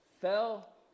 fell